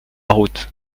route